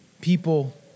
people